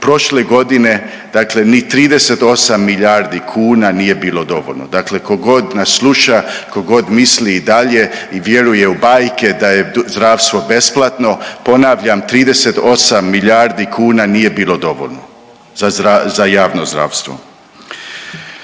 Prošle godine, dakle ni 38 milijardi kuna nije bilo dovoljno. Dakle, tko god nas sluša, tko god misli i dalje i vjeruje u bajke da je zdravstvo besplatno ponavljam 38 milijardi kuna nije bilo dovoljno za javno zdravstvo.